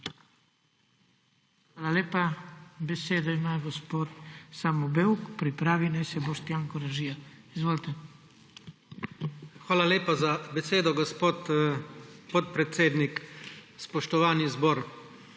Hvala lepa za besedo, gospod podpredsednik. Spoštovani zbor!